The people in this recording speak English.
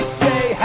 say